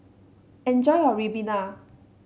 enjoy your Ribena